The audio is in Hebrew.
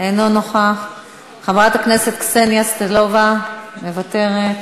אינו נוכח, חברת הכנסת קסניה סבטלובה, מוותרת,